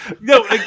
No